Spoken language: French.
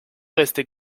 rester